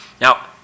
Now